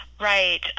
Right